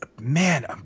man